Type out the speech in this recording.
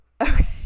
Okay